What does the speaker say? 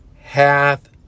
hath